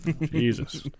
Jesus